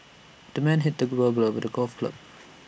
the man hit the with A golf club